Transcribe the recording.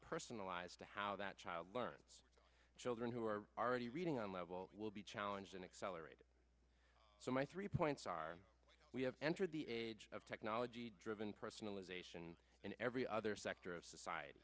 personalized to how that child learns children who are already reading on level will be challenged and accelerated so my three points are we have entered the age of technology driven personalization in every other sector of society